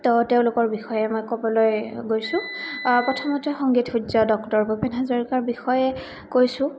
তো তেওঁলোকৰ বিষয়ে মই ক'বলৈ গৈছোঁ প্ৰথমতে সংগীত সূৰ্য ডক্টৰ ভূপেন হাজৰিকাৰ বিষয়ে কৈছোঁ